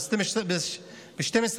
ב-12 באפריל.